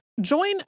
Join